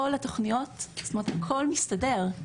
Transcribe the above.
הכול מסתדר.